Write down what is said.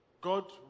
God